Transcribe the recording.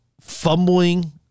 fumbling